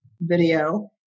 video